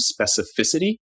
specificity